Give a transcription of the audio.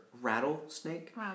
Rattlesnake